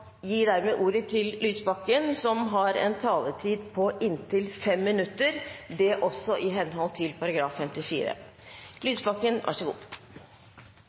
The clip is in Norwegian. gir dermed ordet til Lysbakken, som har en taletid på inntil 5 minutter, også det i henhold til § 54.